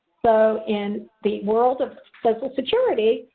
so in the world of social security,